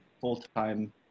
full-time